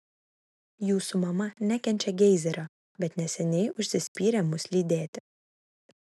jūsų mama nekenčia geizerio bet neseniai užsispyrė mus lydėti